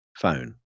phone